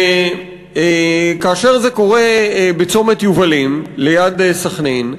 וכאשר זה קורה בצומת יובלים, ליד סח'נין,